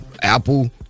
Apple